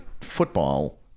football